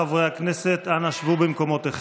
חברי הכנסת, אנא שבו במקומותיכם.